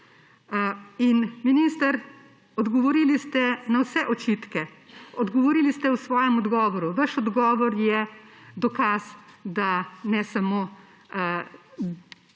Minister, odgovorili ste na vse očitke. Odgovorili ste v svojem odgovoru. Vaš odgovor je dokaz, da ne samo